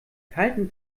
kalten